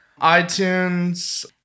iTunes